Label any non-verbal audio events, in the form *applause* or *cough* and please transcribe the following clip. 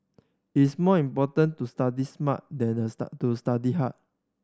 it's more important to study smart than the *unintelligible* to study hard